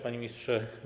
Panie Ministrze!